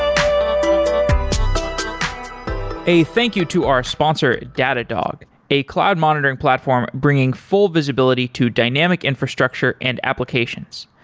um a thank you to our sponsor, datadog, a cloud monitoring platform bringing full visibility to dynamic infrastructure and applications.